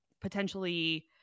potentially